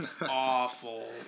awful